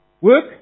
Work